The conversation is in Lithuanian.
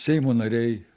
seimo nariai